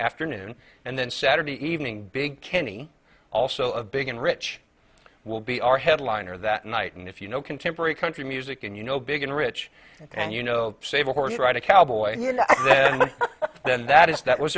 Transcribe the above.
afternoon and then saturday evening big kenny also a big and rich will be our headliner that night and if you know contemporary country music and you know big and rich and you know save a horse ride a cowboy that is that was